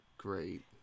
Great